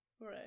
Right